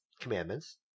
commandments